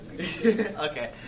Okay